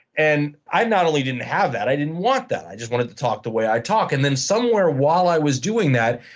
and i not only didn't have that, i didn't want that. i just wanted to talk the way i talked. and then somewhere while i was doing that,